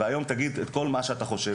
אוריאל, היום תגיד את כל מה שאתה חושב